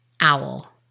owl